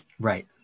right